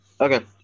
Okay